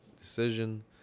decision